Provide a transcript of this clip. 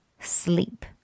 sleep